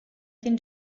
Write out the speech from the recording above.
can